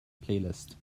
playlist